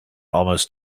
almost